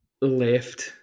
left